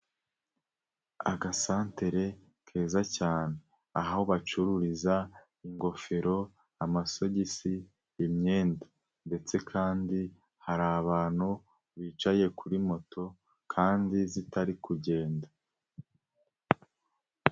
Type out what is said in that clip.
Aga center keza cyane, aho bacururiza ingofero, amasogisi, imyenda ndetse kandi hari abantu bicaye kuri moto kandi zitari kugenda.